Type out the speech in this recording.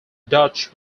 dutch